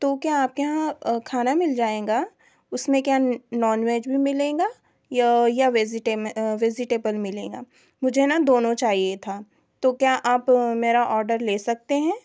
तो क्या आपके यहाँ खाना मिल जाएगा उसमे क्या नॉन वेज भी मिलेगा य या वेजीटेम वेजीटेबल मिलेगा मुझे न दोनों चाहिए था तो क्या आप मेरा ऑर्डर ले सकते हैं